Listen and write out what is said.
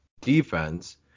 defense